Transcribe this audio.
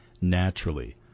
naturally